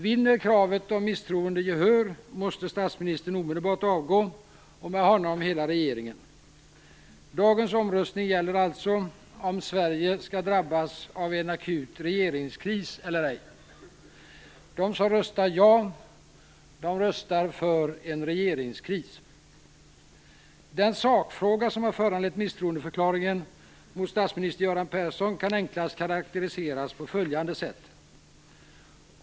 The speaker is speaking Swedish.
Vinner kravet om misstroende gehör måste statsministern omedelbart avgå och med honom hela regeringen. Dagens omröstning gäller alltså om Sverige skall drabbas av en akut regeringskris eller ej. De som röstar ja, röstar för en regeringskris. Den sakfråga som har föranlett misstroendeförklaringen mot statsminister Göran Persson kan enklast karaktäriseras på följande sätt.